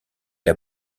l’a